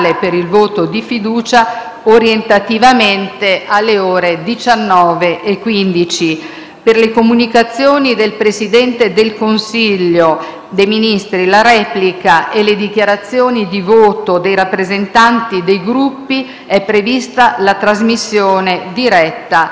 Per le comunicazioni del Presidente del Consiglio dei ministri, la replica e le dichiarazioni di voto dei rappresentanti dei Gruppi è prevista la trasmissione diretta